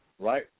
right